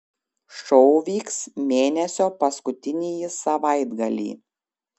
šou vyks mėnesio paskutinįjį savaitgalį